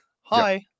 hi